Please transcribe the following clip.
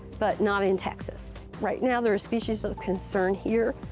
but not in texas. right now they're a species of concern here,